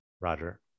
Roger